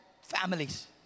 families